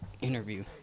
Interview